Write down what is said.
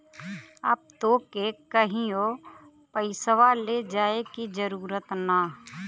अब तोके कहींओ पइसवा ले जाए की जरूरत ना